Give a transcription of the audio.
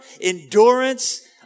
endurance